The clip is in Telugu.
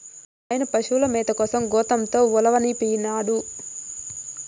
మా నాయన పశుల మేత కోసం గోతంతో ఉలవనిపినాడు